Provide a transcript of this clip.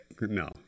No